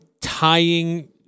tying